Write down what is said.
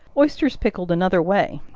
oysters pickled another way.